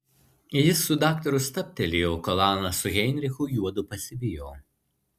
jis su daktaru stabtelėjo kol ana su heinrichu juodu pasivijo